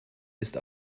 ist